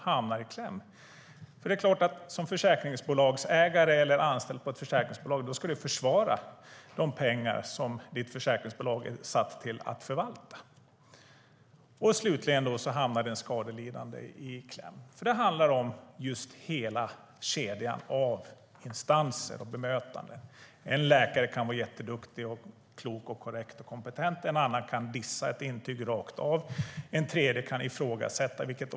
Som ägare till ett försäkringsbolag eller som anställd på ett försäkringsbolag skulle man försvara de pengar som försäkringsbolaget är satt att förvalta. Slutligen hamnar den skadelidande i kläm. Det handlar om hela kedjan av instanser och bemötande. En läkare kan vara jätteduktig och klok, korrekt och kompetent. En annan kan dissa ett intyg rakt av. En tredje kan ifrågasätta det.